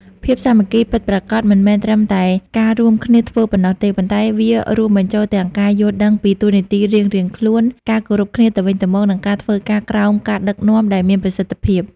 ភាពសាមគ្គីពិតប្រាកដមិនមែនត្រឹមតែការរួមគ្នាធ្វើប៉ុណ្ណោះទេ ប៉ុន្តែវារួមបញ្ចូលទាំងការយល់ដឹងពីតួនាទីរៀងៗខ្លួន ការគោរពគ្នាទៅវិញទៅមក និងការធ្វើការក្រោមការដឹកនាំដែលមានប្រសិទ្ធភាព។